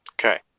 Okay